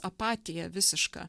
apatiją visišką